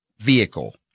vehicle